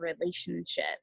relationship